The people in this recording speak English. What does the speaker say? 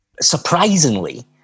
surprisingly